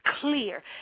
Clear